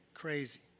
crazy